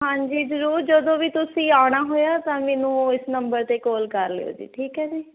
ਹਾਂਜੀ ਜ਼ਰੂਰ ਜਦੋਂ ਵੀ ਤੁਸੀਂ ਆਉਣਾ ਹੋਇਆ ਤਾਂ ਮੈਨੂੰ ਇਸ ਨੰਬਰ 'ਤੇ ਕੋਲ ਕਰ ਲਿਓ ਜੀ ਠੀਕ ਹੈ ਜੀ